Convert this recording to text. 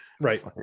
Right